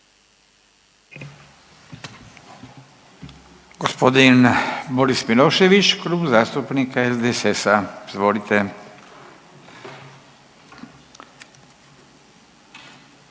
Gospodin Boris Milošević, Klub zastupnika SDSS-a, izvolite.